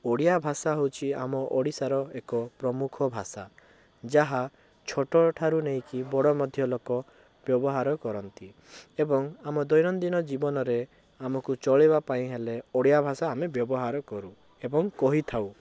ଓଡ଼ିଆ ଭାଷା ହେଉଛି ଆମ ଓଡ଼ିଶାର ଏକ ପ୍ରମୁଖ ଭାଷା ଯାହା ଛୋଟ ଠାରୁ ନେଇକି ବଡ଼ ମଧ୍ୟ ଲୋକ ବ୍ୟବହାର କରନ୍ତି ଏବଂ ଆମ ଦୈନନ୍ଦିନ ଜୀବନରେ ଆମକୁ ଚଳିବା ପାଇଁ ହେଲେ ଓଡ଼ିଆ ଭାଷା ଆମେ ବ୍ୟବହାର କରୁ ଏବଂ କହିଥାଉ